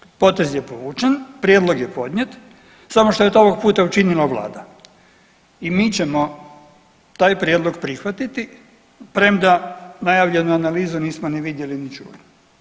Danas evo, potez je povučen, prijedlog je podnijet samo što je to ovog puta učinila Vlada i mi ćemo taj prijedlog prihvatiti premda najavljenu analizu nismo ni vidjeli ni čuli.